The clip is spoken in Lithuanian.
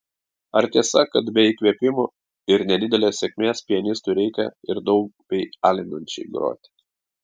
ar tiesa kad be įkvėpimo ir nedidelės sėkmės pianistui reikia ir daug bei alinančiai groti